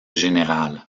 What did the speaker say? générale